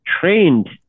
trained